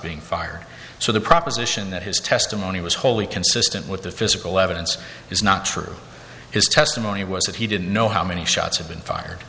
being fired so the proposition that his testimony was wholly consistent with the physical evidence is not true his testimony was that he didn't know how many shots had been fired